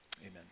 Amen